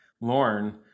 lauren